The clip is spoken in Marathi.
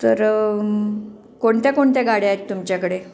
तरं कोणत्या कोणत्या गाड्या आहेत तुमच्याकडे